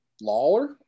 Lawler